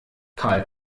karl